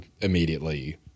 immediately